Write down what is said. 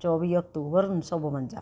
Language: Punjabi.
ਚੌਵੀ ਅਕਤੂਬਰ ਉੱਨੀ ਸੌ ਬਵੰਜਾ